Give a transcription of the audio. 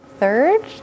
Third